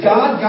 God